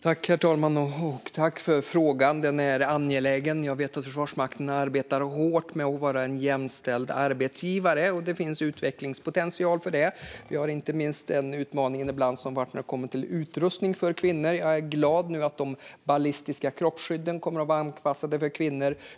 Herr talman! Jag tackar för frågan. Den är angelägen. Jag vet att Försvarsmakten arbetar hårt med att vara en jämställd arbetsgivare. Det finns en utvecklingspotential här; vi har inte minst en utmaning ibland när det gäller utrustning för kvinnor. Jag är glad att de ballistiska kroppsskydden nu kommer att vara anpassade för kvinnor.